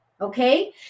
Okay